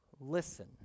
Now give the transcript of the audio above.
listen